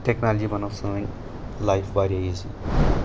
technology بنٲو سٲنۍ life واریاہ ایٖزی